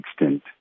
extent